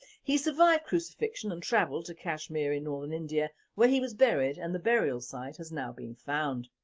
he survived crucifixion and travelled to kashmir in northern india where he was buried and the burial site has now been found.